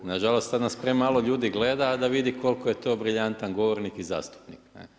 Nažalost, sad nas premalo ljudi gleda, da vidi koliko je to briljantan govornik i zastupnik, ne.